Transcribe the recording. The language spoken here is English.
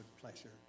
pleasure